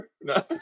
No